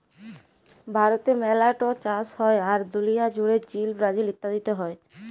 ভারতে মেলা ট চাষ হ্যয়, আর দুলিয়া জুড়ে চীল, ব্রাজিল ইত্যাদিতে হ্য়য়